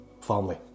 family